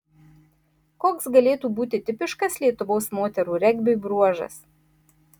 koks galėtų būti tipiškas lietuvos moterų regbiui bruožas